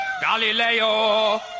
Galileo